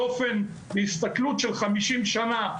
בהסתכלות של חמישים שנה,